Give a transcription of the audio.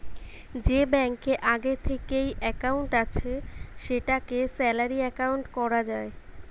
যে ব্যাংকে আগে থিকেই একাউন্ট আছে সেটাকে স্যালারি একাউন্ট কোরা যায়